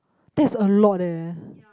that's a lot leh